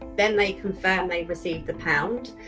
then they confirm they've receive the pound.